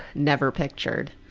never pictured.